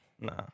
no